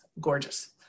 gorgeous